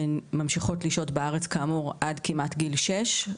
וממשיכות לשהות בארץ כאמור עד כמעט גיל 6,